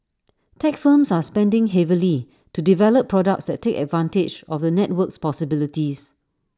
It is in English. tech firms are spending heavily to develop products that take advantage of the network's possibilities